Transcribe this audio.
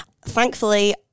Thankfully